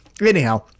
Anyhow